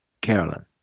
Carolyn